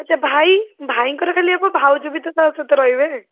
ଆଚ୍ଛା ଭାଇ ଭାଇଙ୍କର ଖାଲି ହବ ଭାଉଜ ବି ତ ତା' ସହିତ ରହିବେ